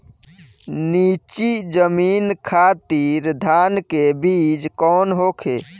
नीची जमीन खातिर धान के बीज कौन होखे?